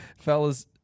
fellas